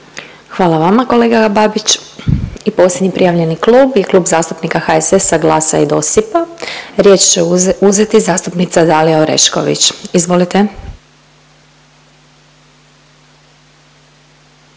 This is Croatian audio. Hvala vama kolega Babić. I posljednji prijavljeni klub je Klub zastupnika HSS-a, GLAS-a i DOSIP-a. Riječ će uzeti zastupnica Dalija Orešković. Izvolite.